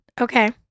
okay